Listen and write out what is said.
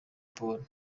paul